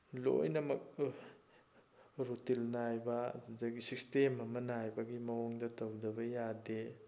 ꯂꯣꯏꯅꯃꯛ ꯔꯨꯇꯤꯜ ꯅꯥꯏꯕ ꯑꯗꯨꯗꯒꯤ ꯁꯤꯁꯇꯦꯝ ꯑꯃ ꯅꯥꯏꯕꯒꯤ ꯃꯑꯣꯡꯗ ꯇꯧꯗꯕ ꯌꯥꯗꯦ